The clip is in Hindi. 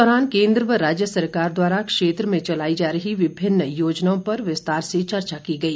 इस दौरान केन्द्र व राज्य सरकार द्वारा क्षेत्र में चलाई जा रही विभिन्न योजनाओं पर विस्तार से चर्चा की गई